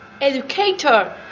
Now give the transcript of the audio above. Educator